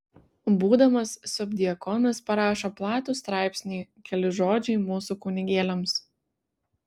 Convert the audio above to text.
būdamas subdiakonas parašo platų straipsnį keli žodžiai mūsų kunigėliams